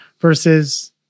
versus